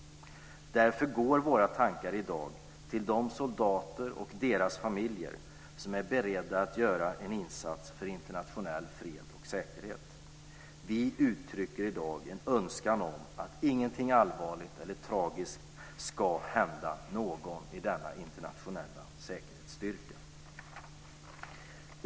Därför går våra tankar i dag till de soldater och deras familjer som är beredda att göra en insats för internationell fred och säkerhet. Vi uttrycker i dag en önskan om att ingenting allvarligt eller tragiskt ska hända någon i denna internationella säkerhetsstyrka.